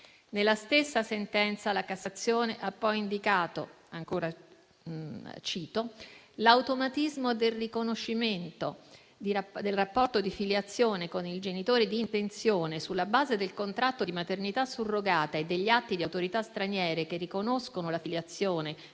Nella stessa sentenza la Corte di cassazione ha poi indicato che: «L'automatismo del riconoscimento del rapporto di filiazione con il genitore di intenzione sulla base del contratto di maternità surrogata e degli atti di autorità straniere che riconoscono la filiazione